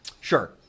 Sure